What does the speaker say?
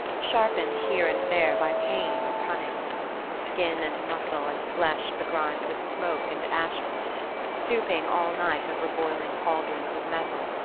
sharpened here and there by pain or cunning skin and muscle and flesh begrimed with smoke and ashes stooping all night over boiling caldrons of metal,